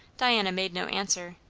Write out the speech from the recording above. diana made no answer.